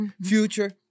future